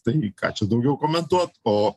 tai ką čia daugiau komentuot o